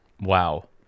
Wow